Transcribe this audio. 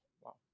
Wow